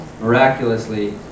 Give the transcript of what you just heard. miraculously